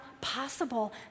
possible